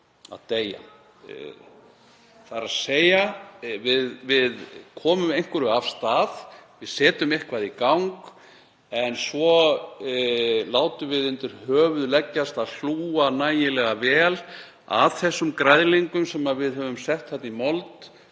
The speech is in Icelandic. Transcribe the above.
og þau fá að deyja. Við komum einhverju af stað. Við setjum eitthvað í gang. En svo látum við undir höfuð leggjast að hlúa nægilega vel að þeim græðlingum sem við höfum sett í mold.